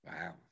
wow